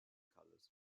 colors